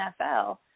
nfl